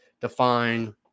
define